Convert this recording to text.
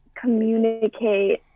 communicate